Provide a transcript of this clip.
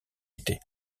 était